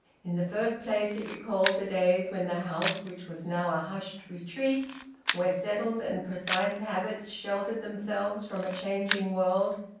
in the first place it recalled the days when the house, which was now a hushed retreat where settled and precise habits sheltered themselves from a changing world,